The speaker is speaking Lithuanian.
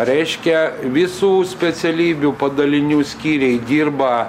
reiškia visų specialybių padalinių skyriai dirba